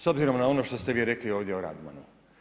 S obzirom na ono što ste vi rekli ovdje o Radmanu.